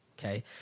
okay